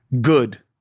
Good